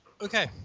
okay